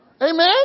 Amen